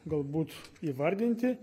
galbūt įvardinti